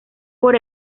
por